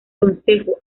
concejo